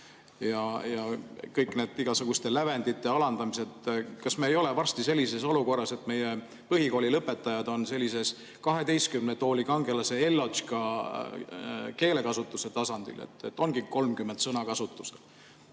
Ja kõik need igasuguste lävendite alandamised. Kas me ei ole varsti sellises olukorras, et meie põhikooli lõpetajad on sellisel "12 tooli" kangelase Ellotška keelekasutuse tasandil, ongi [ainult] 30 sõna kasutuses?